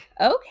Okay